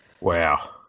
Wow